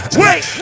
wait